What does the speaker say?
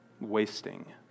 wasting